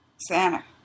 Santa